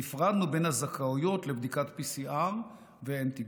והפרדנו בין הזכאויות לבדיקת PCR לאנטיגן.